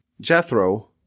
Jethro